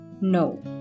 No